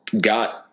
got